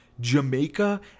Jamaica